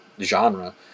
genre